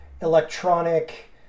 electronic